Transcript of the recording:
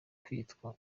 kwitwa